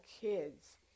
kids